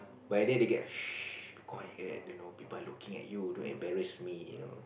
but then they get shh be quiet you know people are looking at you don't embarrass me you know